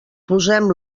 posem